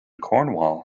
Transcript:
cornwall